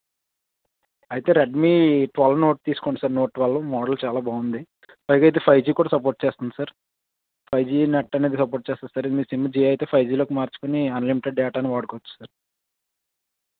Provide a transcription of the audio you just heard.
అయితే Redmi twelve note తీసుకోండి sir note twelve model చాలా బాగుంది పైగా ఇది ఫైవ్ జీ కూడా సపోర్ట్ చేస్తుంది సార్ ఫైవ్ జీ నెట్ అనేది సపోర్ట్ చేస్తుంది సార్ ఇది మీ సిమ్ జియో అయితే ఫైవ్ జీలోకి మార్చుకుని అన్లిమిటెడ్ డేటాని వాడుకోవచ్చు సార్